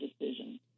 decision